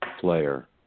player